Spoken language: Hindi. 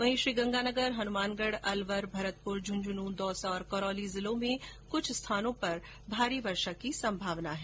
वहीं श्रीगंगानगर हनुमानगढ़ अलवर भरतपुर झुन्झुनू दौसा और करौली जिलों में कुछ स्थानों पर भारी वर्षा की भी संभावना है